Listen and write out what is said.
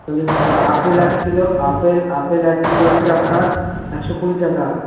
চল্লিশ টাকা আপেল এক কিলো আপেল আপেল এক কিলো হচ্ছে আপনার একশো কুড়ি টাকা